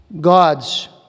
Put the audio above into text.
God's